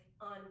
on